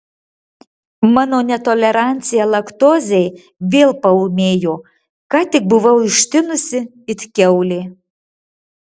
mano netolerancija laktozei vėl paūmėjo ką tik buvau ištinusi it kiaulė